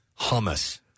hummus